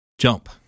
jump